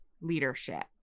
leadership